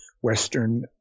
Western